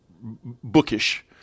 bookish